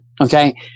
Okay